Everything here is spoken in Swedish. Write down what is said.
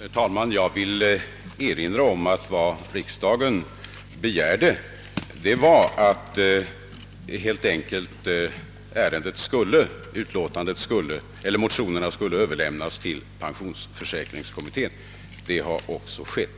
Herr talman! Jag vill erinra om att riksdagen begärde att motionen skulle överlämnas till pensionsförsäkringskommittén. Detta har också skett.